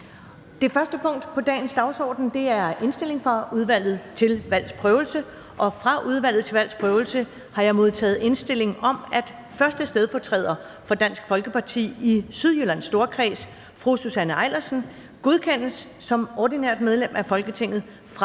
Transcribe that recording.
Første næstformand (Karen Ellemann): Fra Udvalget til Valgs Prøvelse har jeg modtaget indstilling om, at 1. stedfortræder for Dansk Folkeparti i Sydjyllands Storkreds, Susanne Eilersen, godkendes som ordinært medlem af Folketinget fra